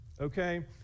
Okay